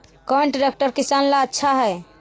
कौन ट्रैक्टर किसान ला आछा है?